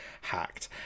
hacked